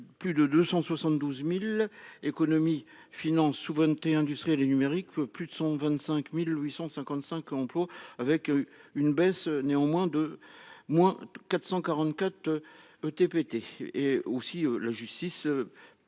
Plus de 272.000. Économie, Finances Souveraineté industrielle et numérique. Plus de 125.855 emplois avec une baisse néanmoins de moins 444. ETPT et aussi la justice.